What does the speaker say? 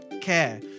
care